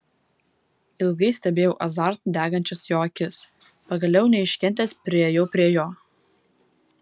ilgai stebėjau azartu degančias jo akis pagaliau neiškentęs priėjau prie jo